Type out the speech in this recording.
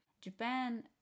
Japan